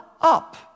up